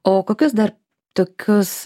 o kokius dar tokius